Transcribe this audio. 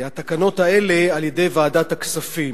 האלה על-ידי ועדת הכספים,